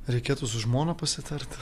reikėtų su žmona pasitart